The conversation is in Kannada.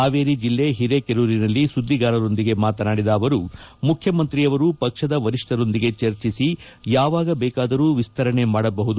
ಹಾವೇರಿ ಜಿಲ್ಲೆ ಹಿರೇಕೆರೂರಿನಲ್ಲಿ ಸುದ್ದಿಗಾರರೊಂದಿಗೆ ಮಾತನಾಡಿದ ಅವರು ಮುಖ್ಯಮಂತ್ರಿಯವರು ಪಕ್ಷದ ವರಿಷ್ಟರೊಂದಿಗೆ ಚರ್ಚಿಸಿ ಯಾವಾಗ ಬೇಕಾದರೂ ವಿಸ್ತರಣೆ ಮಾಡಬಹುದು